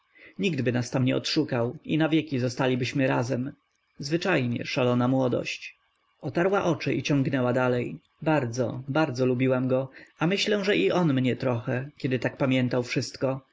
tam nie odszukał i na wieki zostalibyśmy razem zwyczajnie szalona młodość otarła oczy i ciągnęła dalej bardzo bardzo lubiłam go a myślę że i on mnie trochę kiedy tak pamiętał wszystko